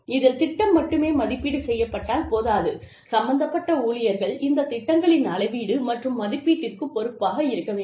இதில் திட்டம் மட்டும் மதிப்பீடு செய்யப்பட்டால் போதாது சம்பந்தப்பட்ட ஊழியர்கள் இந்த திட்டங்களின் அளவீடு மற்றும் மதிப்பீட்டிற்குப் பொறுப்பாக இருக்க வேண்டும்